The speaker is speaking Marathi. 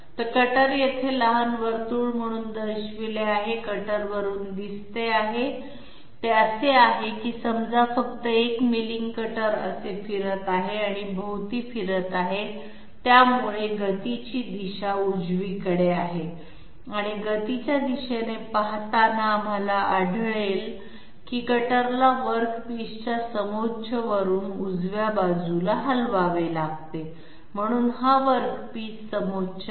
तर कटर येथे लहान वर्तुळ म्हणून दर्शविले आहे कटर वरून दिसत आहे ते असे आहे समजा फक्त एक मिलिंग कटर असे फिरत आहे आणि भोवती फिरत आहे त्यामुळे गतीची दिशा उजवीकडे आहे आणि गतीच्या दिशेने पाहताना आम्हाला आढळले की कटरला वर्क पीसच्या समोच्च वरून उजव्या बाजूला हलवावे लागते म्हणून हा वर्क पीस समोच्च आहे